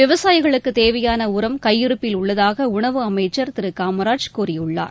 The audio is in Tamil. விவசாயிகளுக்கு தேவையான உரம் கையிருப்பில் உள்ளதாக உணவு அமைச்சர் திரு காமராஜ் கூறியுள்ளார்